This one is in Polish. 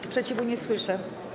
Sprzeciwu nie słyszę.